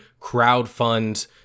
crowdfund